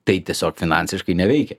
tai tiesiog finansiškai neveikia